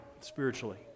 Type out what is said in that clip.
spiritually